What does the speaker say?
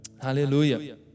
Hallelujah